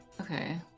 Okay